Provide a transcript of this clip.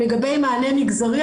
לגבי מענה מגזרי,